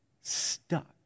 stuck